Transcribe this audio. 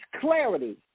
clarity